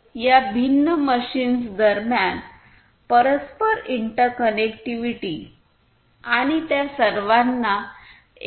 तर या भिन्न मशीन्स दरम्यान परस्पर इंटरकनेक्टिव्हिटी आणि त्या सर्वांना